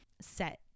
set